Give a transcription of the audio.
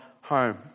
home